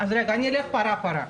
אני אלך פרה פרה.